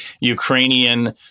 Ukrainian